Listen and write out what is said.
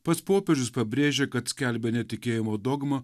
pats popiežius pabrėžė kad skelbia ne tikėjimo dogmą